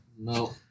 No